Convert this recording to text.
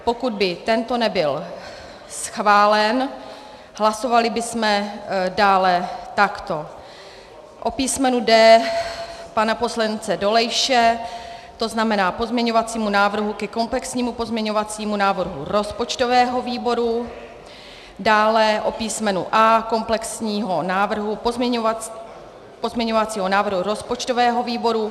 Pokud by tento nebyl schválen, hlasovali bychom dále takto: o písmenu D pana poslance Dolejše, to znamená o pozměňovacím návrhu ke komplexnímu pozměňovacímu návrhu rozpočtového výboru, dále o písmenu A komplexního pozměňovacího návrhu rozpočtového výboru.